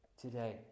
today